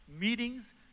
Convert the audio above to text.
meetings